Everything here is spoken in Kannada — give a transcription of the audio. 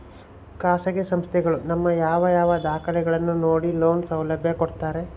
ಖಾಸಗಿ ಸಂಸ್ಥೆಗಳು ನಮ್ಮ ಯಾವ ಯಾವ ದಾಖಲೆಗಳನ್ನು ನೋಡಿ ಲೋನ್ ಸೌಲಭ್ಯ ಕೊಡ್ತಾರೆ?